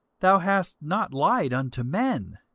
thou hast not lied unto men,